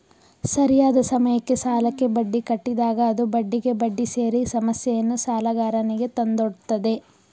ಸರಿಯಾದ ಸಮಯಕ್ಕೆ ಸಾಲಕ್ಕೆ ಬಡ್ಡಿ ಕಟ್ಟಿದಾಗ ಅದು ಬಡ್ಡಿಗೆ ಬಡ್ಡಿ ಸೇರಿ ಸಮಸ್ಯೆಯನ್ನು ಸಾಲಗಾರನಿಗೆ ತಂದೊಡ್ಡುತ್ತದೆ